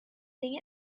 thing